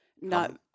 no